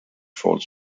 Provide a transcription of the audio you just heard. falls